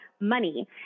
money